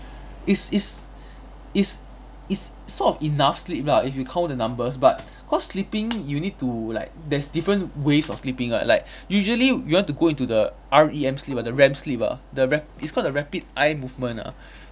it's it's it's it's sort of enough sleep lah if you count the numbers but cause sleeping you need to like there's different ways of sleeping like like usually we want to go into the R_E_M sleep ah the REM sleep ah the rap~ it's called the rapid eye movement ah